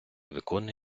виконує